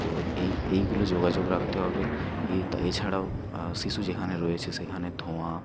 তো এই এইগুলো যোগাযোগ রাখতে হবে এ তা এছাড়াও শিশু যেখানে রয়েছে সেখানে ধোঁয়া